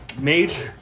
Mage